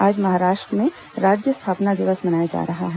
आज महाराष्ट्र में राज्य स्थापना दिवस मनाया जा रहा है